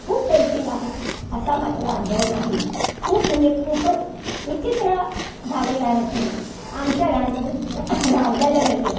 खूप हेल्पिंग आहे असा मात्र अनुभव नाही खूप म्हणजे खूपच विचित्र झालेला आहे पुणं आमच्या लहानपणी राहिलेलं नाही आहे